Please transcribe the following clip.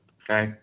okay